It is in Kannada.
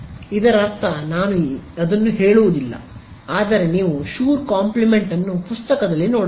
ಇದರರ್ಥ ನಾನು ಅದನ್ನು ಹೇಳುವುದಿಲ್ಲ ಆದರೆ ನೀವು ಶುರ್ ಕಂಪ್ಲಿಮೆಂಟ್ ಅನ್ನು ಪುಸ್ತಕದಲ್ಲಿ ನೋಡಬಹುದು